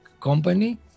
company